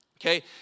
Okay